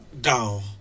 down